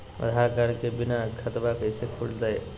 आधार card के बिना खाताबा कैसे खुल तय?